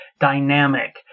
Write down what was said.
dynamic